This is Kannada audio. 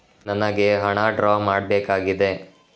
ನನಿಗೆ ಹಣ ಡ್ರಾ ಮಾಡ್ಬೇಕಾಗಿದೆ